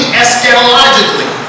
eschatologically